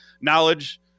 knowledge